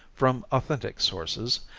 from authentic sources,